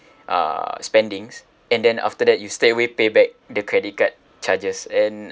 uh spendings and then after that you straight away pay back the credit card charges and